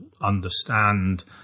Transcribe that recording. understand